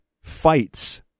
fights